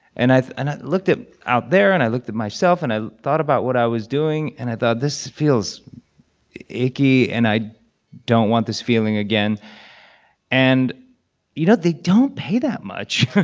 and i and i looked out there, and i looked at myself. and i thought about what i was doing. and i thought, this feels icky. and i don't want this feeling again and you know, they don't pay that much.